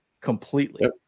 completely